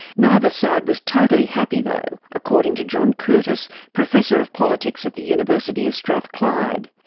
neither side was totally happy though, according to john curtice, professor of politics at the university of strathclyde.